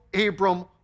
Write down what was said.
Abram